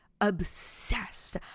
obsessed